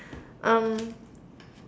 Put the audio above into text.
um